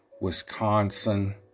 Wisconsin